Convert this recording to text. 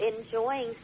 enjoying